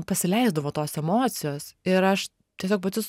pasileisdavo tos emocijos ir aš tiesiog pati